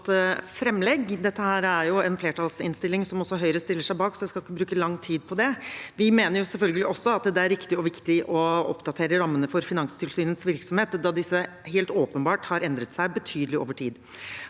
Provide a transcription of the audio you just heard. framlegg. Dette er jo en flertallsinnstilling som også Høyre stiller seg bak, så jeg skal ikke bruke lang tid på det. Vi mener selvfølgelig også at det er riktig og viktig å oppdatere rammene for Finanstilsynets virksomhet, da disse helt åpenbart har endret seg betydelig over tid.